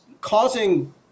causing